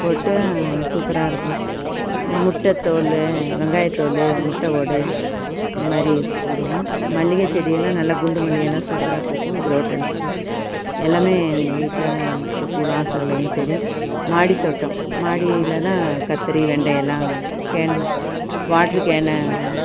போட்டால் சூப்பராக இருக்கும் முட்டை தோல் வெங்காயத்தோல் முட்டை ஓடு இந்தமாதிரி போடுவோம் மல்லிகைச்செடி எல்லாம் நல்லா குண்டுமல்லி எல்லாம் சூப்பராக பூக்கும் குரோட்டன்ஸ்ஸு எல்லாமே எங்கள் வீட்டில் சுற்றி வாசல்லயும் சரி மாடித்தோட்டம் மாடியில் தான் கத்திரி வெண்டையெல்லாம் கேனில் வாட்ரு கேனை